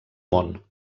món